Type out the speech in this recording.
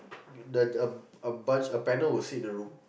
the the a bunch of pregnant will sit in the room